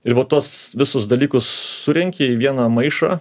ir va tuos visus dalykus surenki į vieną maišą